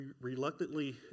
reluctantly